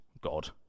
God